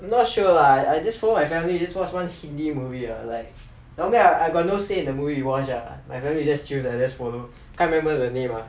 not sure lah I just follow my family just watch one hindi movie ah like normally I got no say in the movie we watch lah my family just choose I just follow can't remember the name ah